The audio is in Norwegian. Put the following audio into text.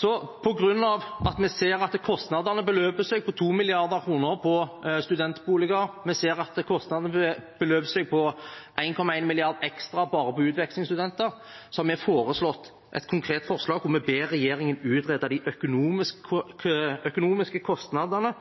at vi ser at kostnadene beløper seg til 2 mrd. kr på studentboliger og til 1,1 mrd. kr ekstra bare på utvekslingsstudenter, har vi kommet med et konkret forslag der vi ber regjeringen utrede de økonomiske kostnadene